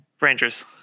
Rangers